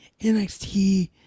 NXT